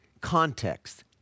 context